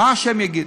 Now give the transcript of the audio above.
מה ה' יגיד,